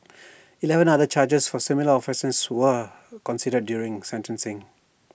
Eleven other charges for similar offences were considered during sentencing